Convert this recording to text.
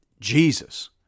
Jesus